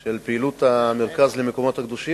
של פעילות המרכז למקומות הקדושים,